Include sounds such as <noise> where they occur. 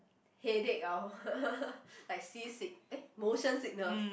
headache ah <laughs> like seasick eh motion sickness